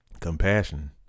compassion